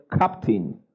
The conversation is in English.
captain